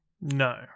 No